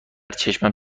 چشمم